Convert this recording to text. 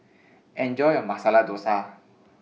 Enjoy your Masala Dosa